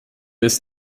ist